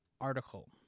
article